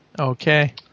Okay